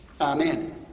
Amen